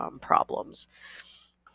problems